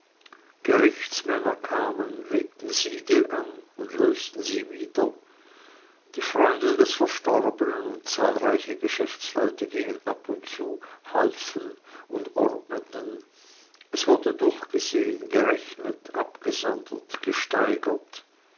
gerichtsmänner kamen legten siegel an und lösten sie wieder die freunde des verstorbenen und zahlreiche geschäftsleute gingen ab und zu halfen und ordneten es wurde durchgesehen gerechnet abgesondert gesteigert